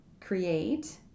create